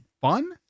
fun